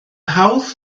hawdd